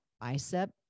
bicep